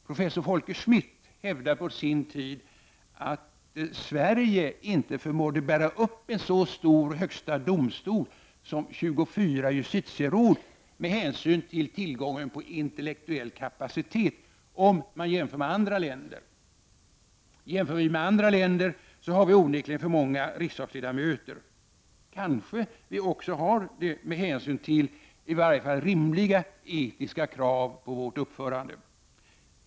Professor Folke Schmidt hävdade på sin tid att Sverige inte förmådde bära upp en så stor högsta domstol som 24 justitieråd med hänsyn till tillgången på intellektuell kapacitet om man jämför med andra länder. Jämför vi med andra länder, har vi onekligen för många riksdagsledamöter. Kanske vi också har det med hänsyn till i varje fall rimliga etiska krav på vårt uppförande.